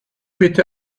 bitte